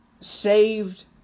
saved